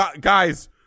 guys